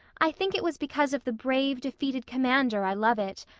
i think it was because of the brave, defeated commander i love it.